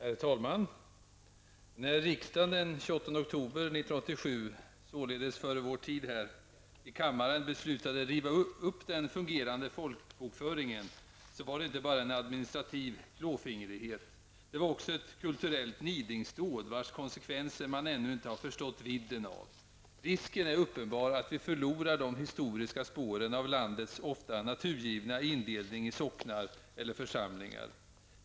Herr talman! När riksdagen den 28 oktober 1987, således före miljöpartiets tid i riksdagen, beslutade riva den fungerande folkbokföringen, var det inte bara fråga om en administrativ klåfingrighet. Det var också ett kulturellt nidingsdåd vars konsekvenser man ännu inte har förstått vidden av. Risken är uppenbar att vi förlorar de historiska spåren av landets ofta naturgivna indelning i socknar eller församlingar.